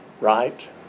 right